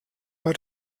bei